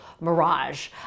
mirage